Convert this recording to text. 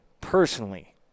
personally